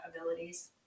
abilities